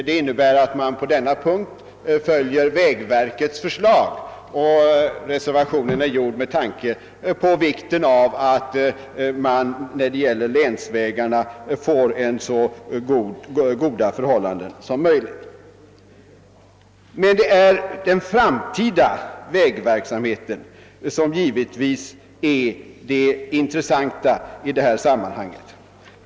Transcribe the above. Detta yrkande följer vägverkets förslag på denna punkt, och reservationen har tillkommit med tanke på vikten av att få till stånd så goda förhållanden som möjligt för länsvägarnas del. Det är dock givetvis den framtida vägverksamheten som är det intressanta i detta sammanhang.